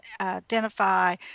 identify